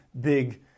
big